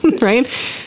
Right